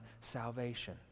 salvation